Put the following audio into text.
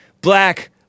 Black